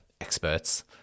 experts